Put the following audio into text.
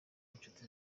inshuti